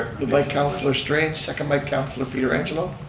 by councilor strange, second by councilor pietrangelo.